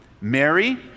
Mary